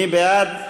מי בעד?